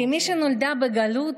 כמי שנולדה בגלות